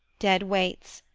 dead weights,